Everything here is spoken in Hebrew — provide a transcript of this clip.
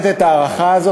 זה לתת את ההארכה הזאת,